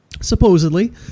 Supposedly